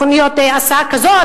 הסעה כזאת,